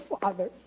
father